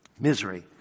Misery